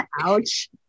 Ouch